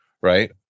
right